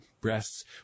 breasts